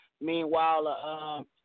Meanwhile